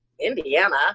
indiana